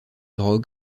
drogue